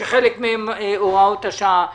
שחלק מהם הוראות השעה פקעו.